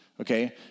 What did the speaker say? Okay